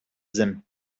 them